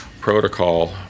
protocol